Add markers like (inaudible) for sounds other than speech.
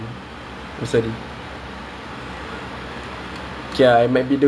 oh I thought worst I was like oh my god no (laughs) hal